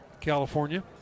California